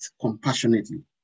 compassionately